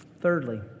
Thirdly